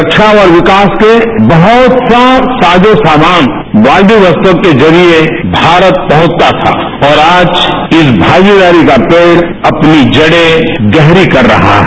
रक्षा और विकास के बहुत सा साजो सामान व्लादिवोस्तोक के जरिए भारत पहुंचता था और आज इस भागीदारी का पेड़ अपनी जड़े गहरी कर रहा है